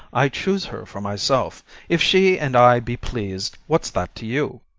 i choose her for myself if she and i be pleas'd, what's that to you?